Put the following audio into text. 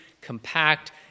compact